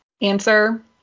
answer